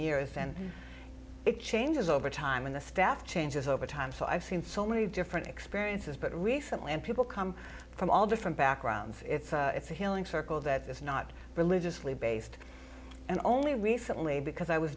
years and it changes over time when the staff changes over time so i've seen so many different experiences but recently and people come from all different backgrounds it's a healing circle that is not religiously based and only recently because i was